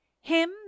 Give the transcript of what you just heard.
Him